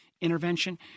intervention